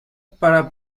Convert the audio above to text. para